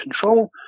control